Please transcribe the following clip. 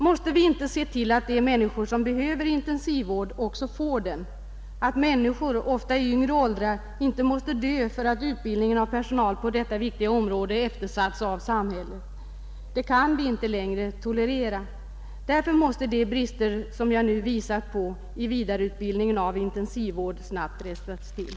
Måste vi inte se till att de människor som behöver intensivvård också får den, att människor, ofta i yngre åldrar, inte måste dö på grund av att utbildningen av personal på detta viktiga område eftersatts av samhället? Det kan vi inte längre tolerera, Därför måste de brister, som jag nu visat på i vidareutbildningen av sjuksköterskor för intensivvården, snabbt rättas till.